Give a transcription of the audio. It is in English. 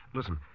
Listen